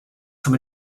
from